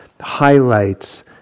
highlights